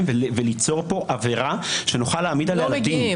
וליצור פה אווירה שנוכל להעמיד רבים.